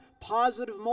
positive